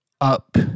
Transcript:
up